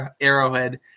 Arrowhead